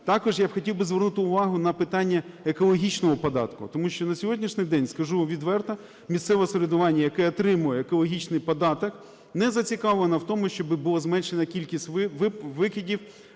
Також я б хотів звернути увагу на питання екологічного податку. Тому що на сьогоднішній день, скажу відверто, місцеве самоврядування, яке отримує екологічний податок, не зацікавлений в тому, щоб була зменшена кількість викидів,